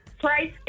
price